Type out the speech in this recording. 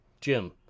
Jim